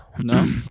No